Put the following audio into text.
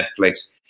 Netflix